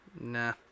Nah